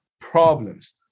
problems